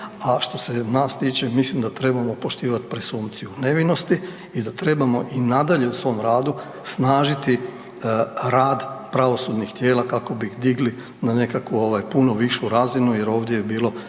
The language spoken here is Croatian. a što se nas tiče mislim da trebamo poštivati presumpciju nevinosti i da trebamo i nadalje u svom radu snažiti rad pravosudnih tijela kako bi ih digli na nekakvu ovaj puno višu razinu jer ovdje je bilo